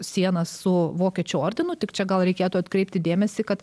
sieną su vokiečių ordinu tik čia gal reikėtų atkreipti dėmesį kad